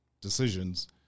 decisions